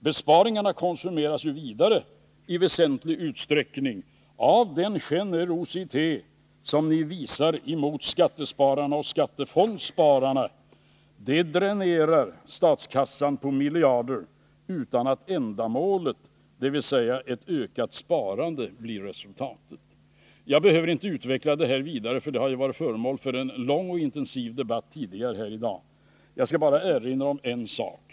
Besparingarna konsumeras vidare i väsentlig utsträckning av den generositet ni visar mot skattespararna och skattefondsspararna. Därigenom dräneras statskassan på miljarder utan att ändamålet, dvs. ett ökat sparande, blir resultatet. Jag behöver inte utveckla detta vidare, för det har varit föremål för en lång och intensiv debatt tidigare här i dag. Jag skall bara erinra om en sak.